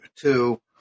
two